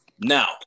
Now